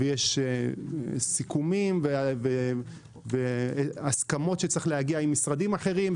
יש סיכומים והסכמות שצריך להגיע עם משרדים אחרים.